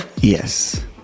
yes